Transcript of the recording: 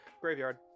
graveyard